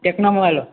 Tecno mobile हो